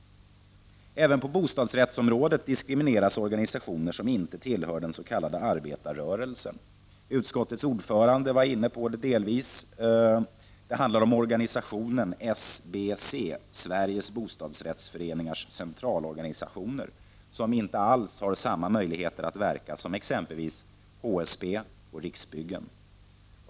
Även på bostadsrättsområdet diskrimineras organisationer som inte tillhör den s.k. arbetarrörelsen. Utskottets ordförande var delvis inne på detta. Det handlar om organisationen SBC, Sveriges bostadsrättsföreningars centralorganisation, som inte alls har samma möjligheter som exempelvis HSB och Riksbyggen.